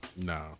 No